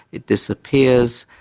it disappears.